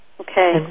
Okay